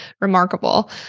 remarkable